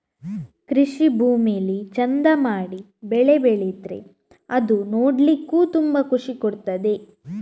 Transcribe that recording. ಕೃಷಿ ಭೂಮಿಲಿ ಚಂದ ಮಾಡಿ ಬೆಳೆ ಬೆಳೆದ್ರೆ ಅದು ನೋಡ್ಲಿಕ್ಕೂ ತುಂಬಾ ಖುಷಿ ಕೊಡ್ತದೆ